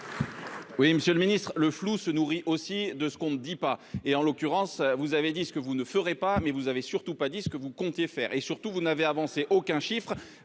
Monsieur le ministre, le flou se nourrit aussi de ce que l'on ne dit pas. En l'occurrence, vous avez indiqué ce que vous ne ferez pas, mais vous n'avez pas dit ce que vous comptiez faire. Vous n'avez surtout avancé aucun chiffre,